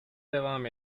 devam